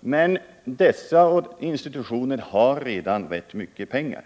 Men dessa institutioner har redan rätt mycket pengar.